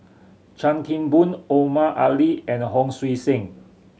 Chan Kim Boon Omar Ali and Hon Sui Sen